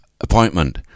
appointment